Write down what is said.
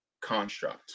construct